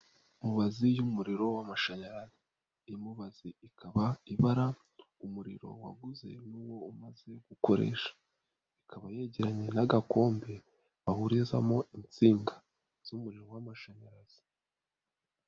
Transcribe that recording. Mubazi y'umuriro w'amashanyarazi, iyo mubaze ikaba ibara umuriro waguze n'wo umaze gukoresha, ikaba yegeranye n'agakombe bahurizamo insinga z'umuriro w'amashanyarazi.